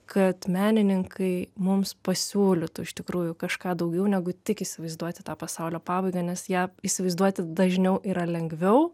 kad menininkai mums pasiūlytų iš tikrųjų kažką daugiau negu tik įsivaizduoti tą pasaulio pabaigą nes ją įsivaizduoti dažniau yra lengviau